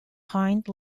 hind